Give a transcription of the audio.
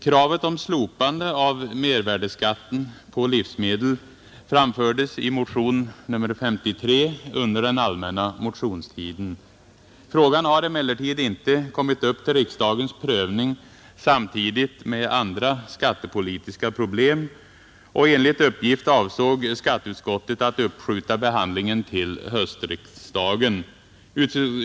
Kravet om slopande av mervärdeskatten på livsmedel framfördes i motion nr 53 under den allmänna motionstiden. Frågan har emellertid inte kommit upp till riksdagens prövning samtidigt med andra skattepolitiska problem, och enligt uppgift avsåg skatteutskottet att uppskjuta behandlingen till höstriksdagen.